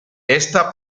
esta